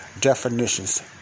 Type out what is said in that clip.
definitions